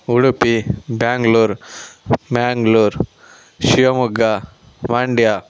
Udupi Bangalore Mangalore Shivamogga Mandya